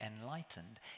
enlightened